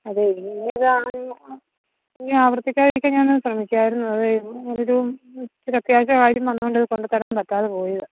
അത് ഇനി ഇത് ഇനി ആവർത്തിക്കാതിരിക്കാൻ ഞാൻ ശ്രമിക്കുകയായിരുന്നു അത് അതൊരു ഒരു അത്യാവശ്യം കാര്യം വന്നുകൊണ്ട് അത് കൊണ്ട് തരാൻ പറ്റാതെ പോയത്